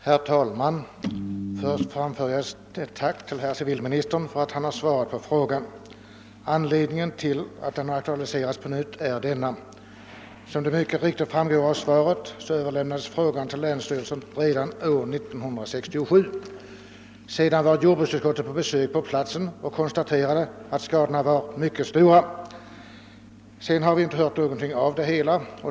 Herr talman! Jag framför först mitt tack till civilministern för att han har svarat på min fråga. Anledningen till att denna fråga aktualiserats på nytt är följande. Som mycket riktigt framhålles i svaret överlämnades detta ärende till länsstyrelsen redan 1967. Sedan besökte jordbruksutskottet platsen och konstaterade att skadorna var mycket stora. Därefter har vi inte hört någonting.